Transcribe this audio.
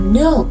no